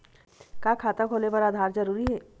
का खाता खोले बर आधार जरूरी हे?